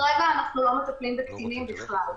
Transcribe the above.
כרגע אנחנו לא מטפלים בקטינים בכלל,